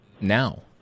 now